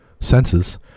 senses